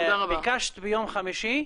ביקשת ביום חמישי.